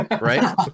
right